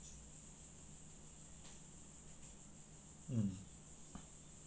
mm